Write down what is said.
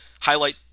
highlight